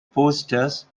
posters